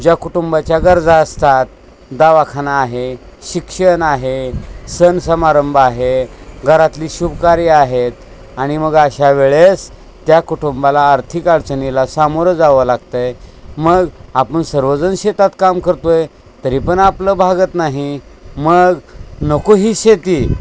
ज्या कुटुंबाच्या गरजा असतात दवाखााना आहे शिक्षण आहे सण समारंभ आहे घरातली शुभकार्य आहेत आणि मग अशा वेळेस त्या कुटुंबाला आर्थिक अडचणीला सामोरं जावं लागतं आहे मग आपण सर्वजण शेतात काम करतो आहे तरी पण आपलं भागत नाही मग नको ही शेती